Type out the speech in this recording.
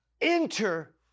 enter